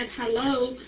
hello